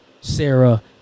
Sarah